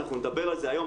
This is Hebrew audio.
אנחנו נדבר על זה היום.